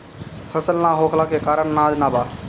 फसल ना होखले के कारण अनाज ना बा